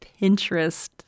Pinterest